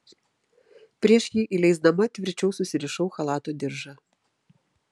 prieš jį įleisdama tvirčiau susirišau chalato diržą